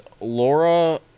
Laura